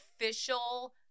official